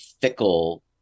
fickle